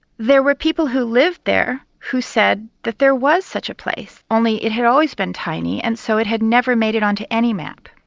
there were people who lived there who said that there was such a place only it had always been tiny and so it had never made it on to any map.